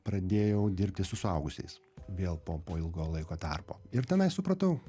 pradėjau dirbti su suaugusiais vėl po po ilgo laiko tarpo ir tenai supratau